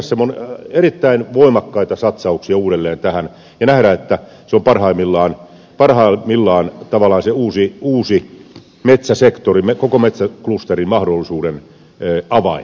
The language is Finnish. tarvittaisiin erittäin voimakkaita satsauksia uudelleen tähän ja pitää nähdä että se on parhaimmillaan tavallaan uusi metsäsektorimme koko metsäklusterin mahdollisuuden avain